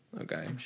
Okay